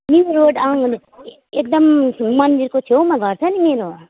new road आउनु भने ए एकदम मन्दिरको छेउमा घर छ नि मेरो